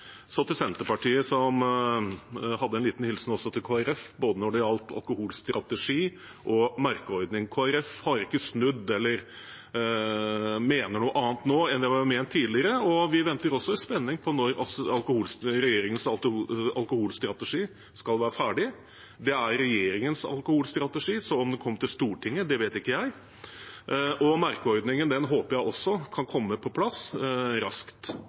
Så til Senterpartiet, som hadde en liten hilsen til Kristelig Folkeparti når det gjaldt både alkoholstrategi og merkeordning: Kristelig Folkeparti har ikke snudd eller mener noe annet nå enn vi har ment tidligere, og vi venter også i spenning på når regjeringens alkoholstrategi skal være ferdig. Det er regjeringens alkoholstrategi, så når den kommer til Stortinget, vet ikke jeg. Merkeordningen håper jeg også kan komme på plass raskt.